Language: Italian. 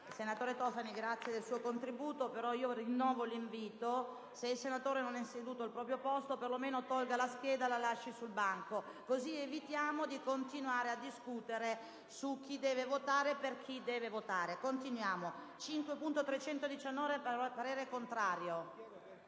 Senatore Tofani, la ringrazio per il suo contributo, però io rinnovo il mio invito. Se il senatore non è seduto al proprio posto, perlomeno tolga la scheda e la lasci sul banco, così evitiamo di continuare a discutere su chi deve votare e per chi si deve votare. ***Votazione nominale con